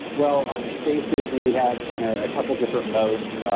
well, on space station, we had kind of a couple different modes,